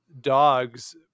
dogs